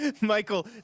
Michael